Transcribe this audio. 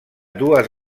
dues